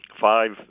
five